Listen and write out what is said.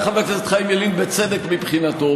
בא חבר הכנסת חיים ילין, בצדק, מבחינתנו,